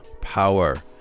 power